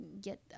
get